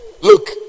Look